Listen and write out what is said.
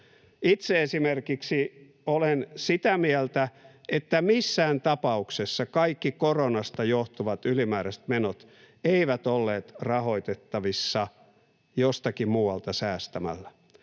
Itse esimerkiksi olen sitä mieltä, että missään tapauksessa kaikki koronasta johtuvat ylimääräiset menot eivät olleet rahoitettavissa jostakin muualta säästämällä,